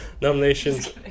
nominations